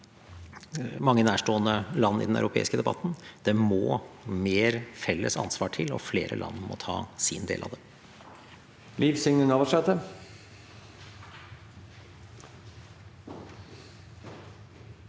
mange nærstående land i den europeiske debatten. Det må mer felles ansvar til, og flere land må ta sin del av det.